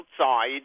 outside